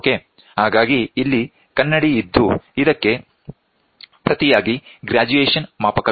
ಹಾಗಾಗಿ ಇಲ್ಲಿ ಕನ್ನಡಿಯಿದ್ದು ಇದಕ್ಕೆ ಪ್ರತಿಯಾಗಿ ಗ್ರಾಜುಯೇಷನ್ ಮಾಪಕವಿದೆ